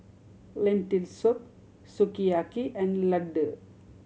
Lentil Soup Sukiyaki and Ladoo